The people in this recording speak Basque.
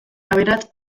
aberats